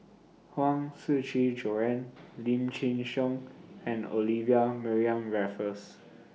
Huang Shiqi Joan Lim Chin Siong and Olivia Mariamne Raffles